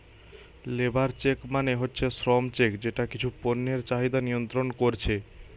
labour check মানে হচ্ছে শ্রম চেক যেটা কিছু পণ্যের চাহিদা নিয়ন্ত্রণ কোরছে